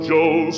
Joe